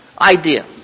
idea